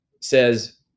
says